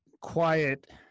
quiet